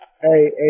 hey